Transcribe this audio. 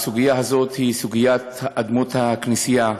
הסוגיה הזאת היא סוגיית אדמות הכנסייה,